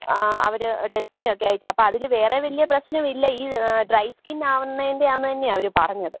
അവർ ടെസ്റ്റിനൊക്കെ അയച്ചു അപ്പം അതിൽ വേറെ വലിയ പ്രശ്നമില്ല ഈ ഡ്രൈ സ്കിൻ ആകുന്നെൻ്റെയാന്നു തന്നെയാണ് പറഞ്ഞത്